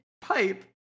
Pipe